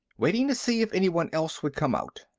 waiting to see if anyone else would come out.